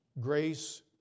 grace